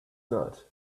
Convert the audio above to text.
not